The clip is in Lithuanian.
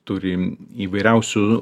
turim įvairiausių